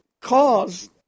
cause